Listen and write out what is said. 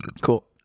Cool